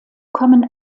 kommen